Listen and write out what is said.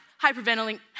hyperventilating